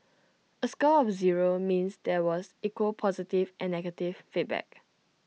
A score of zero means there was equal positive and negative feedback